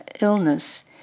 illness